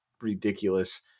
ridiculous